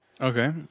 Okay